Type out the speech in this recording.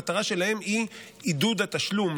המטרה שלהם היא עידוד תשלום,